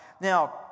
Now